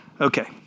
Okay